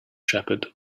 shepherd